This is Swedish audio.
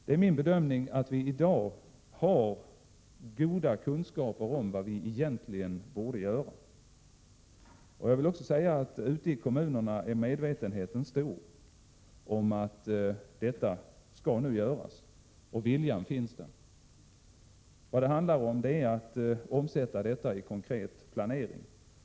Det är min bedömning att vi i dag har goda kunskaper om vad vi egentligen borde göra. Jag vill också säga att medvetenheten är stor ute i kommunerna om vad som skall göras, och viljan finns där. Vad det handlar om är att omsätta detta i konkret planering.